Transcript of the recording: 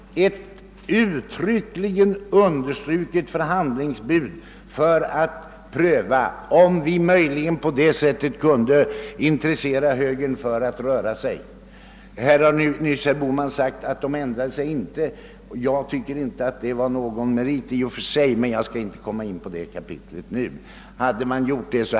Vi underströk uttryckligen att det var ett förhandlingsbud, vilket vi gav för att pröva om vi möjligen på det sättet kunde intressera högern för att röra sig. Herr Bohman har nyss sagt att högern inte ändrade sig. Jag tycker inte att det är någon merit i och för sig, men jag skall inte gå in på det kapitlet nu.